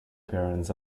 barons